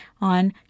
on